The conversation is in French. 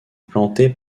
planté